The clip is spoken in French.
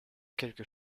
quelque